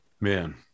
man